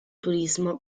turismo